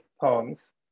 poems